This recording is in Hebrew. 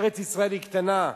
ארץ-ישראל היא קטנה.